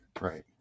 Right